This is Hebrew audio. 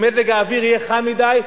אם מזג האוויר יהיה חם מדי,